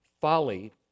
folly